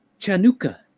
Chanuka